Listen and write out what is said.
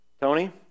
Tony